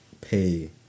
Pay